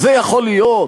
זה יכול להיות?